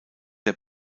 der